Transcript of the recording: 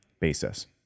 basis